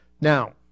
Now